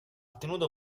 tenuto